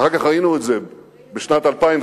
אחר כך ראינו את זה בשנת 2004,